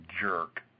jerk